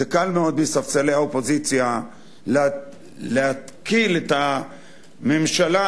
זה קל מאוד מספסלי האופוזיציה להתקיל את הממשלה,